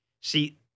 See